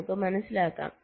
നമുക്ക് മനസ്സിലാക്കാം